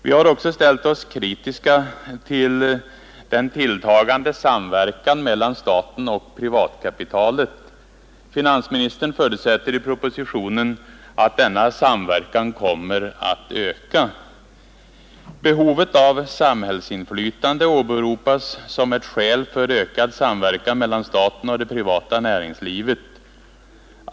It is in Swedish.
Vi har också ställt oss kritiska till den tilltagande samverkan mellan staten och privatkapitalet. Finansministern förutsätter i propositionen att denna samverkan kommer att öka. Behovet av samhällsinflytande åberopas som ett skäl för ökad samverkan mellan staten och det privata näringslivet.